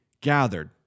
gathered